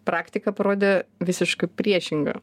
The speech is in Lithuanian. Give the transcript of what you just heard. praktika parodė visiška priešingą